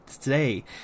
today